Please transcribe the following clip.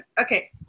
Okay